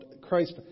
Christ